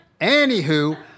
anywho